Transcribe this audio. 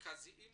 המרכזיים